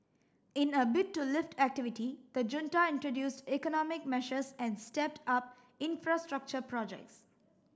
in a bid to lift activity the junta introduced economic measures and stepped up infrastructure projects